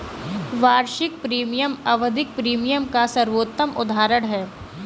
वार्षिक प्रीमियम आवधिक प्रीमियम का सर्वोत्तम उदहारण है